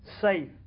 safe